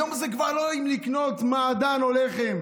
היום זה כבר לא אם לקנות מעדן או לחם,